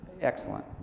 Excellent